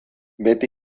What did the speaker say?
beti